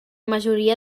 majoria